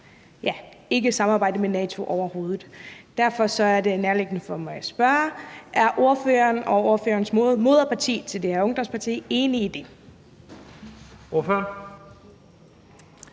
og ikke vil samarbejde med NATO overhovedet. Derfor er det nærliggende for mig at spørge: Er ordføreren og ordførerens moderparti til det her ungdomsparti enige i det? Kl.